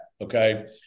Okay